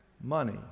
money